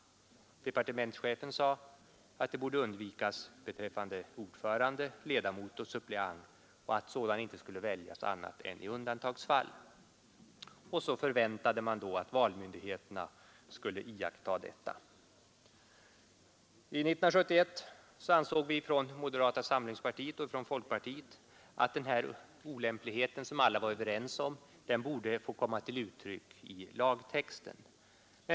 Departementschefen sade i propositionen att detta borde undvikas beträffande ordförande, ledamot och suppleant och att dessa inte skulle väljas annat än i undantagsfall. Och så förväntade man att valmyndigheterna skulle iaktta detta. År 1971 ansåg vi i moderata samlingspartiet och i folkpartiet att den här olämpligheten, som alla var överens om var en olämplighet, borde få komma till uttryck i lagtexten.